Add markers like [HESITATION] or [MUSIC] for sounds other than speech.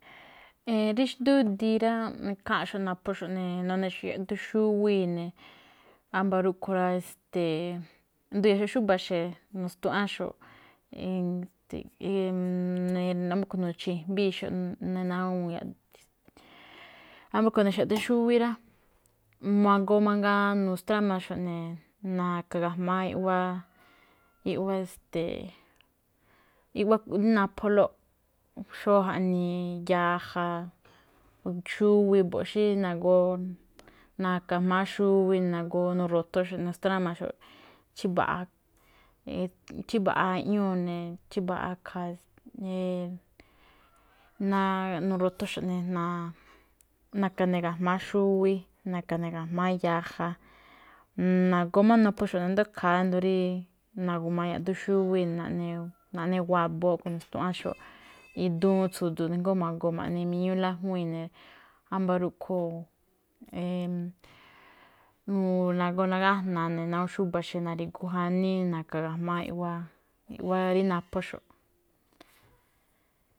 Rí xndudii rá, ikháanꞌxo̱ꞌ naphóxo̱ꞌ ne̱. Nu̱ne̱xo̱ꞌ ne yaꞌduun xúwíi ne̱, wámba̱ rúꞌkhue̱n rá. Estee [HESITATION] ndu̱ya̱xo̱ꞌ xúba̱ xe̱, nu̱stuaꞌánxo̱ꞌ, [HESITATION] nu̱chi̱jmíixo̱ꞌ ne̱ ná awúun yaꞌduun. Wámba̱ rúꞌkhue̱n nu̱ne̱xo̱ꞌ yaꞌduun xúwí [NOISE] rá. Ma̱goo mangaa, nustrámaxo̱ꞌ ne̱, na̱ka̱ ne̱ ga̱jma̱á iꞌwá, [NOISE] iꞌwá estee, iꞌwá rí napholóꞌ, xó jaꞌnii, yaja, [NOISE] xuwi mbo̱ꞌ xí nagoo, na̱ka̱ ga̱jma̱á xuwi [NOISE] nagoo naro̱thonxo̱ꞌ ne̱ nu̱strámaxo̱ꞌ ne̱ chímbaꞌa, chímbaꞌa iꞌñúu ne̱, chímbaꞌa ikhaa [HESITATION] [NOISE] na̱ro̱thonxo̱ꞌ ne̱, na̱-naka̱ ne̱ ga̱jma̱á xuwi, na̱ka̱ ne̱ ga̱jma̱á yaja. Nagoo máꞌ naphóxo̱ꞌ ne̱ i̱ndo̱ó ikhaa, ído̱ rí na̱gu̱ma yaꞌduun xúwíi [NOISE] ne̱ naꞌne, naꞌne waboo nu̱stuaꞌánxo̱ꞌ [NOISE] duun tsu̱du̱u̱ jngó ma̱goo ma̱ꞌne miñú lájuíin ne̱. Wámba̱ rúꞌkho̱n [HESITATION] nagoo nagájna̱a̱ ne̱ ná [NOISE] awúun xúba̱ xe̱, na̱ri̱gu jaꞌníí na̱ka̱ ga̱jma̱á iꞌwá, iꞌwá rí [NOISE] naphóxo̱ꞌ.